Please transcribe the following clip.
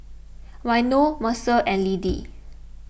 Waino Mercer and Liddie